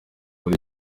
muri